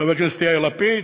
חבר הכנסת יאיר לפיד,